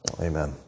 Amen